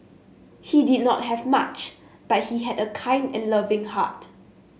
he did not have much but he had a kind and loving heart